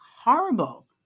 horrible